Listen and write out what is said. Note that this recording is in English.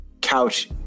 couch